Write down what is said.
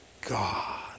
God